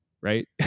right